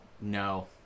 no